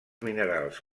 minerals